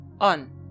on